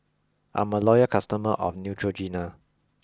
I'm a loyal customer of Neutrogena